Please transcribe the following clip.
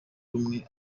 rumwe